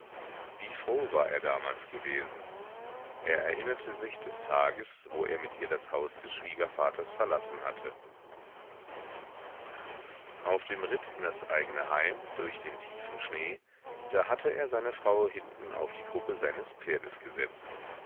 wie froh war er damals gewesen er erinnerte sich des tages wo er mit ihr das haus des schwiegervaters verlassen hatte auf dem ritt in das eigne heim durch den tiefen schnee da hatte er seine frau hinten auf die kruppe seines pferdes gesetzt